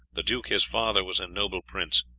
the duke his father was a noble prince,